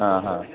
हां हां